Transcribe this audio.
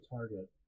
Target